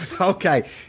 okay